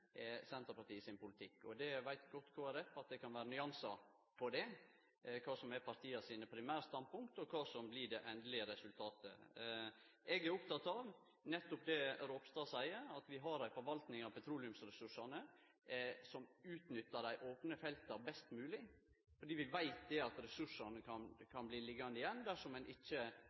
Senterpartiet sin politikk. Kristeleg Folkeparti veit godt at det kan vera nyansar her – kva som er partia sine primærstandpunkt, og kva som blir det endelege resultatet. Eg er oppteken av nettopp det som Ropstad seier, at vi har ei forvalting av petroleumsressursane som utnyttar dei opne felta best mogleg, fordi vi veit at ressursar kan bli liggjande igjen dersom ein ikkje